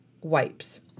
wipes